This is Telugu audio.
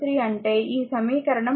3 అంటే ఈ సమీకరణం 2